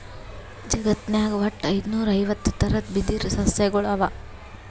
ಜಗತ್ನಾಗ್ ವಟ್ಟ್ ಐದುನೂರಾ ಐವತ್ತ್ ಥರದ್ ಬಿದಿರ್ ಸಸ್ಯಗೊಳ್ ಅವಾ